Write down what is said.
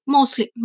Mostly